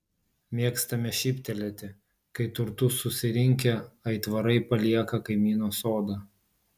mėgstame šyptelėti kai turtus susirinkę aitvarai palieka kaimyno sodą